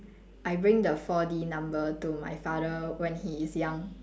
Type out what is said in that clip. I bring the four D number to my father when he is young